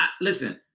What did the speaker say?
Listen